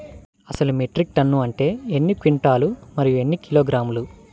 అసలు metric tonne అంటే ఎన్ని క్వింటాలు మరియు ఎన్ని కిలోగ్రాములు?